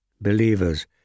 Believers